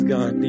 God